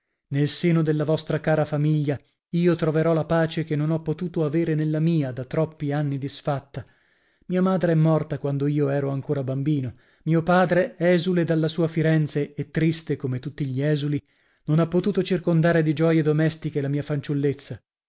nel seno della vostra cara famiglia io troverò la pace che non ho potuto avere nella mia da troppi anni disfatta mia madre è morta quando io ero ancora bambino mio padre esule dalla sua firenze e triste come tutti gli esuli non ha potuto circondare di gioie domestiche la mia fanciullezza